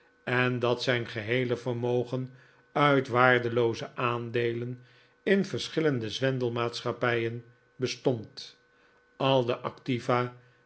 en dat zijn geheele vermogen uit waardelooze aandeelen in verschillende zwendelmaatschappijen bestond al de activa